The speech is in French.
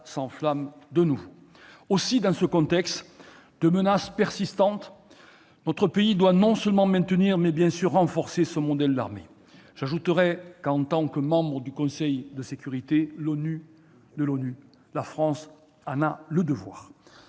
s'enflamme de nouveau. Aussi, dans ce contexte de menaces persistantes, notre pays doit non seulement maintenir, mais aussi renforcer son modèle d'armée. J'ajoute que, en tant que membre du Conseil de sécurité de l'ONU, la France en a le devoir.